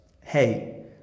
hey